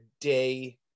day